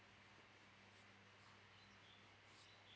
uh